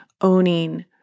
owning